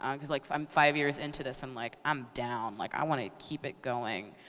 um cause like i'm five years into this, i'm like, i'm down. like i wanna keep it going.